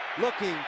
looking